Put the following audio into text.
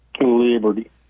Liberty